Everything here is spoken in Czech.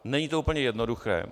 Není to úplně jednoduché.